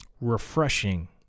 refreshing